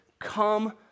come